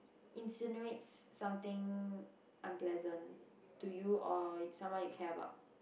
insinuates something unpleasant to you or someone you care about